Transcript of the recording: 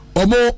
omo